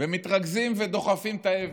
מתרכזים ודוחפים את האבן.